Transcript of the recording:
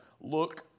Look